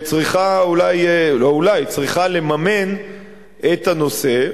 צריכה לממן את הנושא,